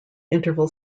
interval